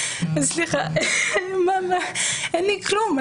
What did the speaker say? אין לי כלום.